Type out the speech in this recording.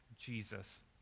Jesus